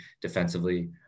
defensively